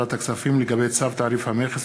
החלטת ועדת הכספים לגבי צו תעריף המכס